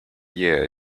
year